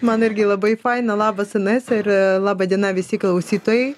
man irgi labai faina labas inesa ir laba diena visi klausytojai